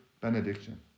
benediction